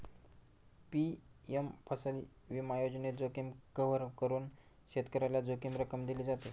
PM फसल विमा योजनेत, जोखीम कव्हर करून शेतकऱ्याला जोखीम रक्कम दिली जाते